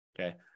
Okay